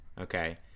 Okay